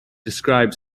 described